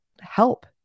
help